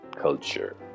culture